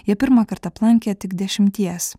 ją pirmąkart aplankė tik dešimties